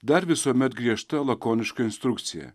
dar visuomet griežta lakoniška instrukcija